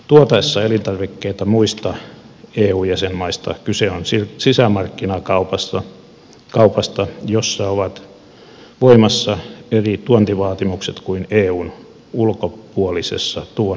tuotaessa elintarvikkeita muista eu jäsenmaista kyse on sisämarkkinakaupasta jossa ovat voimassa eri tuontivaatimukset kuin eun ulkopuolisessa tuonnissa